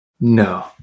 No